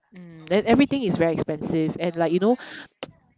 mm then everything is very expensive and like you know